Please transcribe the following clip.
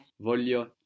Voglio